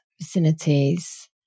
vicinities